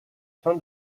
fin